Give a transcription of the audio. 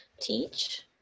teach